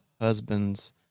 husband's